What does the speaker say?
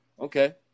okay